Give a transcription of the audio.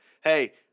Hey